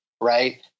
right